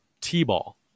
T-ball